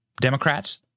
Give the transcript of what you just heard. Democrats